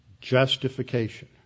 Justification